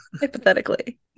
Hypothetically